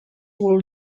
would